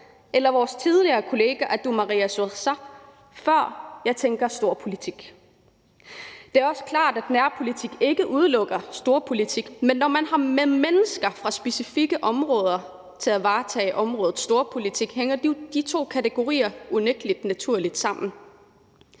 eller vores tidligere kollega Atu Marie Suersaq, før jeg tænker storpolitik. Det er også klart, at nærpolitik ikke udelukker storpolitik, men når man har mennesker fra specifikke områder til at varetage områdets storpolitik, hænger de to kategorier unægtelig naturligt sammen.